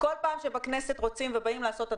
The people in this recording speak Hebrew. -- כל פעם שבכנסת באים ורוצים לעשות את